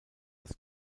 das